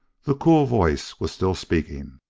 the cool voice was still speaking.